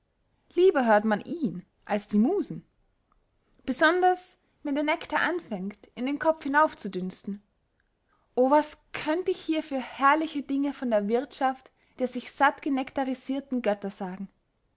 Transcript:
lieber hört man ihn als die musen besonders wenn der nektar anfängt in den kopf hinaufzudünsten o was könnte ich hier für herrliche dinge von der wirthschaft der sich sattgenektarisirten götter sagen